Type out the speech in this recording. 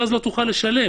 ואז לא תוכל לשלם.